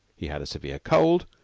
he had a severe cold.